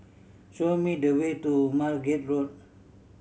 show me the way to Margate Road